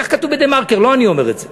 כך כתוב ב"דה-מרקר", לא אני אומר את זה.